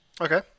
Okay